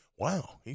Wow